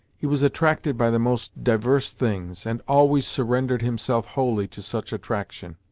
he was attracted by the most diverse things, and always surrendered himself wholly to such attraction.